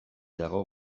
dago